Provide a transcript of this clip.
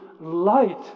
light